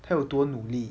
他有多努力